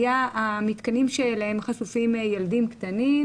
היה המתקנים שאליהם חשופים ילדים קטנים,